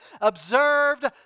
observed